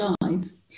lives